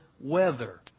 weather